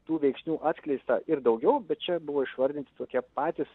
tų veiksnių atskleista ir daugiau bet čia buvo išvardinti tokie patys